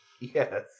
Yes